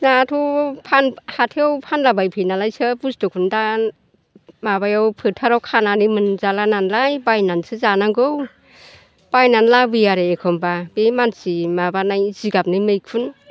दाथ' हाथायाव फानलाबायफैयो नालाय सोब बुसथुखौनो दा माबायाव फोथाराव खानानै मोनजाला नालाय बायनानैसो जानांगौ बायनानै लाबोयो आरो एखमब्ला बे मानसि माबानाय जिगाबनि मैखुन